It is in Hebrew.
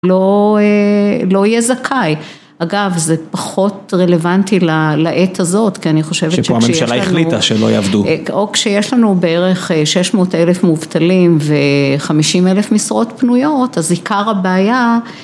לא... אה... לא יהיה זכאי, אגב זה פחות רלוונטי ל... לעת הזאת, כי אני חושבת שכשיש לנו... שפה הממשלה החליטה שלא יעבדו. או כשיש לנו בערך שש מאות אלף מובטלים וחמישים אלף משרות פנויות אז עיקר הבעיה...